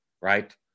right